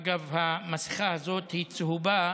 אגב, המסכה הזאת היא צהובה.